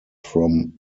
from